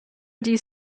dies